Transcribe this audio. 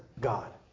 God